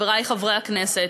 חברי חברי הכנסת,